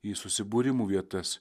į susibūrimų vietas